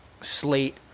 slate